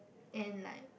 and like